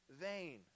vain